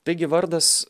taigi vardas